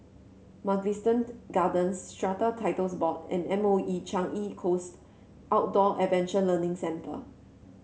Mugliston Gardens Strata Titles Board and M O E Changi Coast Outdoor Adventure Learning Centre